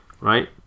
right